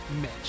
Mitch